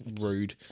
rude